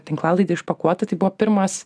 tinklalaidę išpakuota tai buvo pirmas